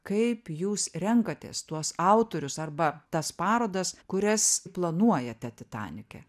kaip jūs renkatės tuos autorius arba tas parodas kurias planuojate titanike